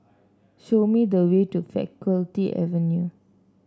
show me the way to Faculty Avenue